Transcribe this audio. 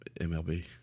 MLB